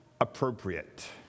appropriate